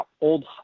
old